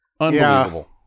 Unbelievable